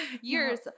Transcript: years